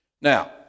Now